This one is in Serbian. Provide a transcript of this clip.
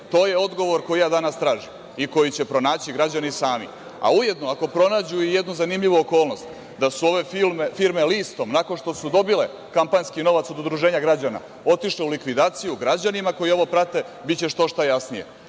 to je odgovor koji ja danas tražim i koji će pronaći građani sami. A ujedno ako pronađu i jednu zanimljivu okolnost da su ove firme listom nakon što su dobile kampanjski novac od udruženja građana otišle u likvidaciju, građanima koji ovo prate biće što šta jasnije.